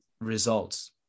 results